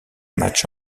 matchs